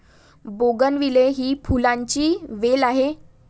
bougainvillea ही फुलांची वेल आहे